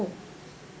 oh